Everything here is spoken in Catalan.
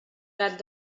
gat